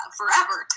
forever